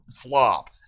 flop